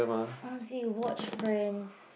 honestly watch friends